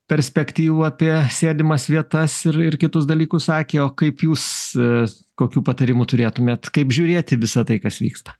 perspektyvų apie sėdimas vietas ir ir kitus dalykus sakė o kaip jūs a kokių patarimų turėtumėt kaip žiūrėt į visa tai kas vyksta